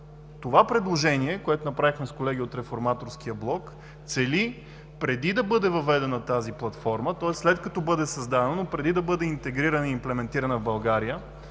Това предложение, което направихме с колеги от Реформаторския блок, цели преди да бъде въведена тази платформа, тоест след като бъде създадена, но преди да бъде интегрирана и имплементирана в България,